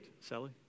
Sally